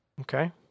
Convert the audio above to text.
Okay